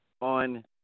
On